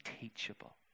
teachable